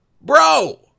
Bro